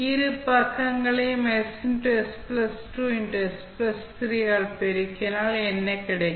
இரு பக்கங்களையும் ss 2s 3 ஆல் பெருக்கினால் என்ன கிடைக்கும்